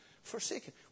Forsaken